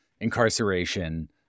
incarceration